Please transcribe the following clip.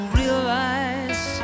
realize